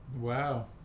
Wow